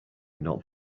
not